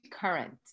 current